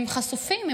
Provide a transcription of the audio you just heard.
הם חשופים,